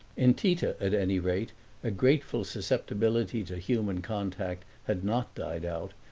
in tita at any rate a grateful susceptibility to human contact had not died out,